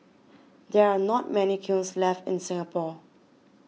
there are not many kilns left in Singapore